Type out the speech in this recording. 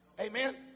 Amen